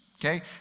Okay